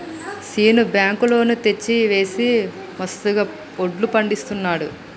Seenu bank loan తెచ్చి వేసి మస్తుగా వడ్లు పండిస్తున్నాడు